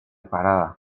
parada